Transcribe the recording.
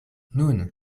nun